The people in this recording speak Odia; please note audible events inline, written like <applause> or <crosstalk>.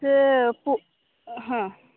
ସେ <unintelligible> ହଁ